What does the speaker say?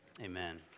amen